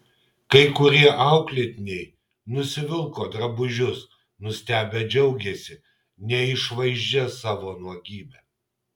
kai kurie auklėtiniai nusivilko drabužius nustebę džiaugėsi neišvaizdžia savo nuogybe